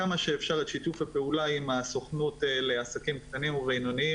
כמה שאפשר את שיתוף הפעולה עם הסוכנות לעסקים קטנים ובינוניים.